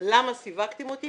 למה סיווגתם אותי?